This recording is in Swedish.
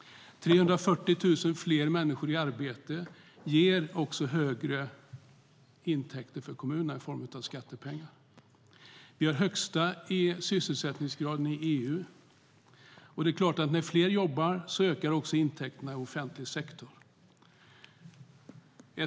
340 000 fler människor i arbete ger större intäkter för kommunerna i form av skattepengar. Vi har den högsta sysselsättningsgraden i EU. När fler jobbar ökar självklart också intäkterna i offentlig sektor.